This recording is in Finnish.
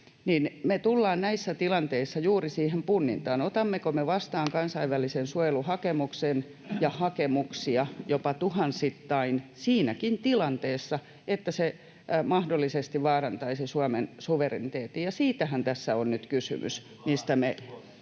me tullaan näissä tilanteissa juuri siihen punnintaan, otammeko me vastaan kansainvälisen suojelun hakemuksen — ja hakemuksia, jopa tuhansittain — siinäkin tilanteessa, että se mahdollisesti vaarantaisi Suomen suvereniteetin. Siitähän tässä on nyt kysymys, [Hussein